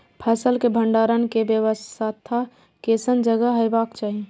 फसल के भंडारण के व्यवस्था केसन जगह हेबाक चाही?